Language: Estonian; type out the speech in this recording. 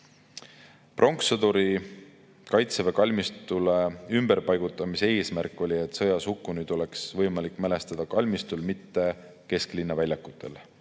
Pronkssõduri Kaitseväe kalmistule ümberpaigutamise eesmärk oli, et sõjas hukkunuid oleks võimalik mälestada kalmistul, mitte kesklinna väljakutel.